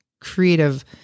creative